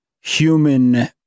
human